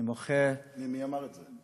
אני מוחה, מי, מי אמר את זה?